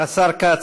השר כץ.